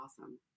awesome